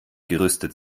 gerüstet